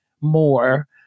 more